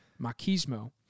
machismo